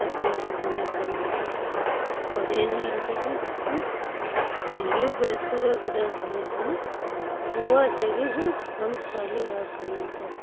ಅಜ್ಜವ್ರು ಮನಿಗೆ ಬಂದ್ರೆ ಅವ್ರೇನು ಹೇಳ್ತಾರೆ ನೀವು ಬೆಳೆಸಿರೊ ಗಿಡದಲ್ಲಿನ ಹೂವು ತೆಗೆದು ನಮ್ಮ ಕಾಲಿಗಾಕರಿ ಅಂತಾರವ್ರು